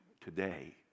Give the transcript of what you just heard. today